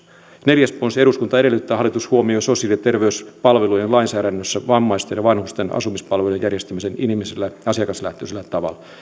neljäs ponsi eduskunta edellyttää että hallitus huomioi sosiaali ja terveyspalvelujen lainsäädännössä vammaisten ja vanhusten asumispalvelujen järjestämisen inhimillisellä ja asiakaslähtöisellä tavalla